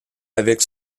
avec